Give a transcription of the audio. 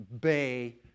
bay